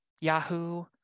Yahoo